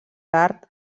tard